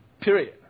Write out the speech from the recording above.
Period